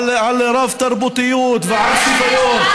על רב-תרבותיות ועל שוויון?